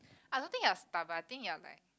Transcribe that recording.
I don't think you're stubborn I think you're like